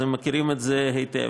אז הם מכירים את זה היטב,